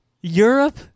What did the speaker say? Europe